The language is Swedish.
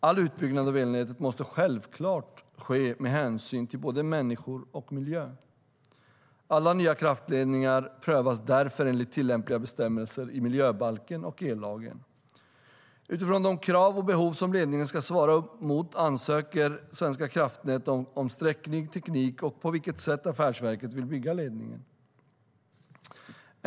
All utbyggnad av elnätet måste självklart ske med hänsyn till både människor och miljö. Alla nya kraftledningar prövas därför enligt tillämpliga bestämmelser i miljöbalken och ellagen. Utifrån de krav och behov som ledningen ska svara upp mot ansöker Svenska kraftnät om sträckning och teknik och på vilket sätt affärsverket vill bygga ledningen.